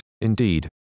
indeed